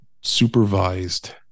supervised